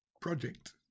project